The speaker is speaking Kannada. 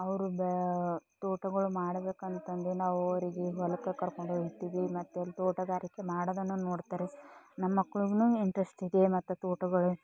ಅವ್ರು ಬ್ಯಾ ತೋಟಗಳು ಮಾಡಬೇಕಂತಂದ್ರೆ ನಾವು ಅವ್ರಿಗೆ ಹೊಲಕ್ಕ ಕರ್ಕೊಂಡು ಹೋಗ್ತೀವಿ ಮತ್ತು ತೋಟಗಾರಿಕೆ ಮಾಡೋದನ್ನು ನೋಡ್ತಾರೆ ನಮ್ಮಕ್ಕಳಿಗೂ ಇಂಟ್ರೆಸ್ಟ್ ಇದೆ ಮತ್ತು ತೋಟದಲ್ಲಿ